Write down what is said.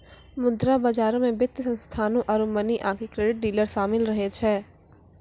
मुद्रा बजारो मे वित्तीय संस्थानो आरु मनी आकि क्रेडिट डीलर शामिल रहै छै